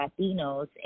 Latinos